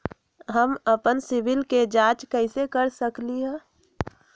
हम अपन सिबिल के जाँच कइसे कर सकली ह?